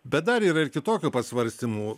bet dar yra ir kitokių pasvarstymų